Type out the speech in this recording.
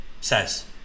says